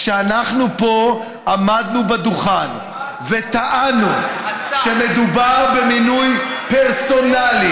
כשאנחנו פה עמדנו בדוכן וטענו שמדובר במינוי פרסונלי,